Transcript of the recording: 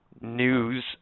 news